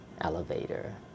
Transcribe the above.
Elevator